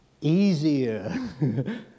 Easier